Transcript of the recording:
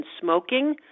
smoking